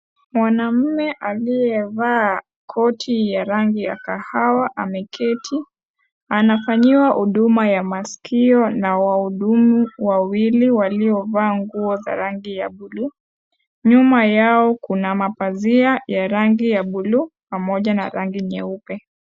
Mwanaume aliyevaa koti ya rangi ya kahawa ameketi. Anafanyiwa huduma ya masikio na waudumu wawili waliovaa nguo za rangi ya buluu. Nyuma yao kuna mapazia ya rangi ya buluu pamoja na rangi nyeupe.